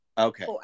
Okay